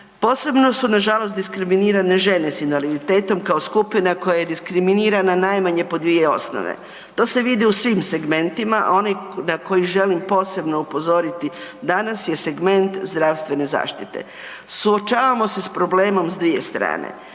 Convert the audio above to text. Posebno su nažalost diskriminirane žene s invaliditetom kao skupina koja je diskriminirana na najmanje po 2 osnove. To se vidi u svim segmentima, a onaj na koji želim posebno upozoriti danas je segment zdravstvene zaštite. Suočavamo se s problemom s dvije strane.